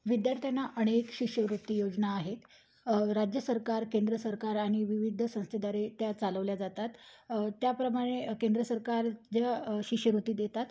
विद्यार्थ्यांना अनेक शिष्यवृत्ती योजना आहेत राज्य सरकार केंद्र सरकार आणि विविध संस्थेद्वारे त्या चालवल्या जातात त्याप्रमाणे केंद्र सरकार ज्या शिष्यवृत्ती देतात